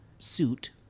suit